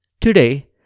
Today